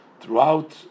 throughout